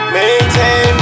Maintain